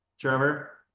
Trevor